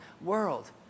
world